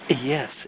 Yes